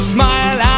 Smile